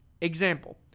Example